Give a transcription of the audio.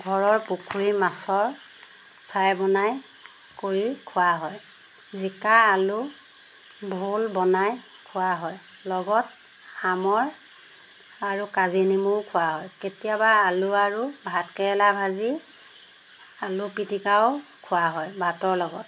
ঘৰৰ পুখুৰীৰ মাছৰ ফ্ৰাই বনাই কৰি খোৱা হয় জিকা আলু ভোল বনাই খোৱা হয় লগত শামৰ আৰু কাজি নেমুও খোৱা হয় কেতিয়াবা আলু আৰু ভাতকেৰেলা ভাজি আলু পিটিকাও খোৱা হয় বাটৰ লগত